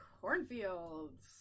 Cornfields